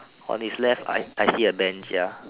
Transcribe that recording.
on his left I I see a bench ya